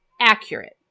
accurate